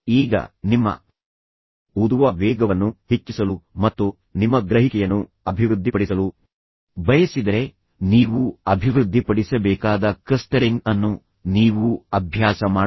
ಈಗ ನೀವು ನಿಜವಾಗಿಯೂ ನಿಮ್ಮ ಓದುವ ವೇಗವನ್ನು ಹೆಚ್ಚಿಸಲು ಮತ್ತು ನಿಮ್ಮ ಗ್ರಹಿಕೆಯನ್ನು ಅಭಿವೃದ್ಧಿಪಡಿಸಲು ಬಯಸಿದರೆ ನೀವು ಅಭಿವೃದ್ಧಿಪಡಿಸಬೇಕಾದ ಕ್ಲಸ್ಟರಿಂಗ್ ಅನ್ನು ನೀವು ಅಭ್ಯಾಸ ಮಾಡಬೇಕಾಗಿದೆ